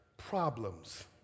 problems